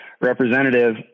representative